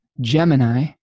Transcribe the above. Gemini